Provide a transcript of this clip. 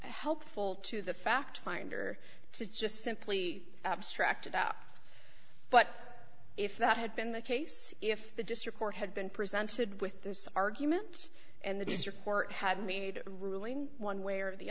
helpful to the fact finder to just simply abstract it up but if that had been the case if the district court had been presented with this argument and the district court had made a ruling one way or the